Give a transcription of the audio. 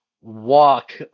walk